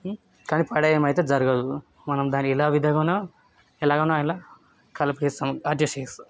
కానీ పాడేయటం అయితే జరగదు మనం దాన్ని ఎలా విధంగా ఎలాగున్నా అలా కలిపేస్తాం ఎడ్జెస్ట్ చేస్తాం